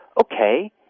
okay